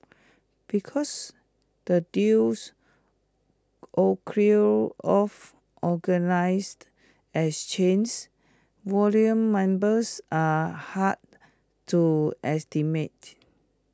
because the deals off organised exchanges volume numbers are hard to estimate